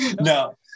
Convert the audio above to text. no